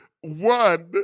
one